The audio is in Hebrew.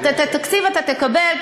את התקציב אתה תקבל,